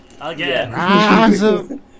again